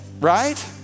right